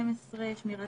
השירות